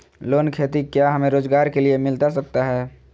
Loan खेती क्या हमें रोजगार के लिए मिलता सकता है?